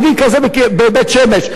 תל-אביב תהיה בירה פיננסית.